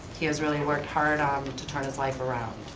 he has really worked hard um to turn his life around.